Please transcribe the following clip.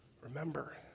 Remember